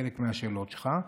לחלק מהשאלות שלך.